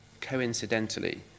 coincidentally